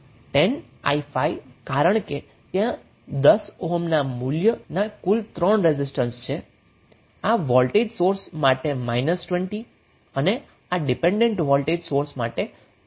10i5 કારણ કે ત્યાં 10 ઓહ્મના મૂલ્યના કુલ 3 રેઝિસ્ટન્સ છે આ વોલ્ટેજ સોર્સ માટે 20 અને આ ડિપેન્ડેન્ટ વોલ્ટેજ સોર્સ માટે 5i0 છે